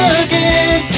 again